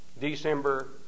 December